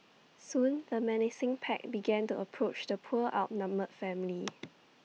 soon the menacing pack began to approach the poor outnumbered family